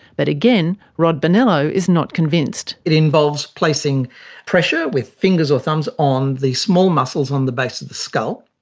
but again, rod bonello is not convinced. it involves placing pressure with fingers or thumbs on the small muscles on the base of the skull,